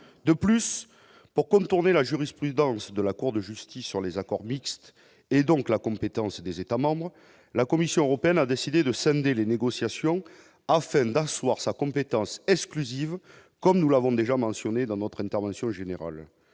de plus pour contourner la jurisprudence de la Cour de justice sur les accords mixtes et donc la compétence des États-membres, la Commission européenne a décidé de samedi, les négociations afin d'asseoir sa compétence est-ce plus veut comme nous l'avons déjà mentionné dans notre intervention General